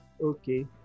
okay